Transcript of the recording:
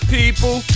people